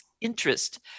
interest